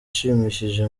ishimishije